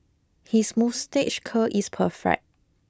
his moustache curl is perfect